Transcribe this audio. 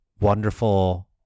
wonderful